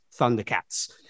thundercats